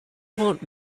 want